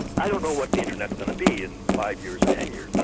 i don't know what the internet's going to be in five years or ten years.